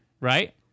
right